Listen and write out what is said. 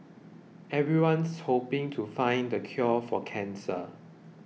everyone's hoping to find the cure for cancer